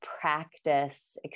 practice